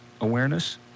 awareness